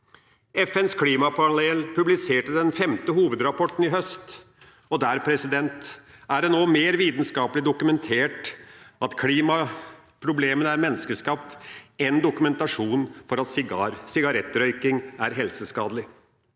FNs klimapanel publiserte den femte hovedrapporten i høst, og der er det nå mer vitenskapelig dokumentasjon på at klimaproblemene er menneskeskapt enn på at sigarettrøyking er helseskadelig.